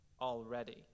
Already